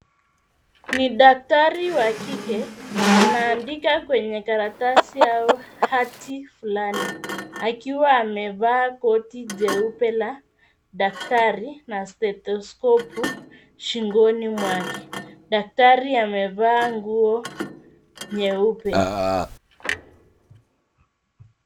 Ni daktari wa kike, anaandika kwenye karatasi au hati fulani, akiwa amevaa koti jeupe la daktari na stetoskopu shingoni mwake. Daktari amevaa nguo nyeupe.